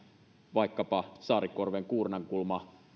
vaikkapa saarikorven kuurnankulma